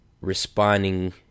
responding